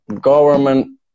government